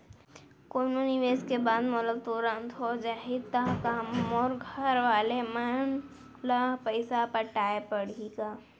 कोनो निवेश के बाद मोला तुरंत हो जाही ता का मोर घरवाले मन ला पइसा पटाय पड़ही का?